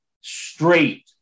straight